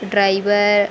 driver